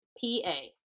P-A